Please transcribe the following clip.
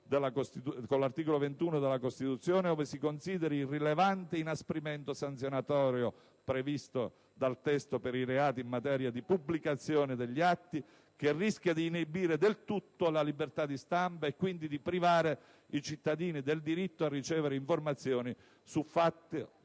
europea dei diritti umani ove si consideri il rilevante inasprimento sanzionatorio previsto dal testo per i reati in materia di pubblicazione degli atti, che rischia di inibire del tutto la libertà di stampa e, quindi, di privare i cittadini del diritto a ricevere informazioni su fatti